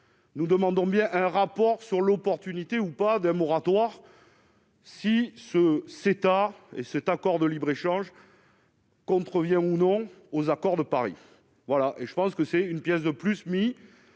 nous demandons bien un rapport sur l'opportunité ou pas de moratoire. Si ce cet art et cet accord de libre-échange. Contrevient ou non aux accords de Paris voilà et je pense que c'est une pièce de plus mis